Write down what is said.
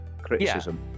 criticism